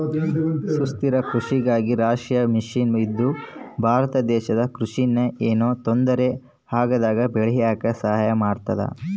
ಸುಸ್ಥಿರ ಕೃಷಿಗಾಗಿ ರಾಷ್ಟ್ರೀಯ ಮಿಷನ್ ಇದು ಭಾರತ ದೇಶದ ಕೃಷಿ ನ ಯೆನು ತೊಂದರೆ ಆಗ್ದಂಗ ಬೇಳಿಯಾಕ ಸಹಾಯ ಮಾಡುತ್ತ